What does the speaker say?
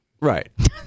Right